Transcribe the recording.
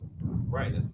Right